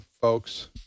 folks